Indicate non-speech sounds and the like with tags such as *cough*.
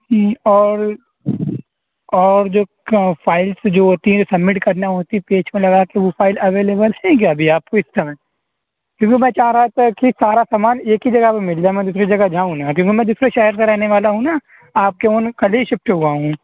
اور اور جو فائلس جو ہوتی ہیں سبمٹ کرنا ہوتی پیج میں لگا کے وہ فائل اویلیبل ہیں کیا ابھی آپ *unintelligible* کیونکہ میں چاہ رہا تھا کہ سارا سامان ایک ہی جگہ پہ مِل جائے میں دوسری جگہ جاؤں نہ ابھی ورنہ دوسرے شہر میں رہنے والا ہوں نا آپ کے اُن کل ہی شفٹ ہُوا ہوں